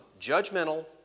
judgmental